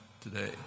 today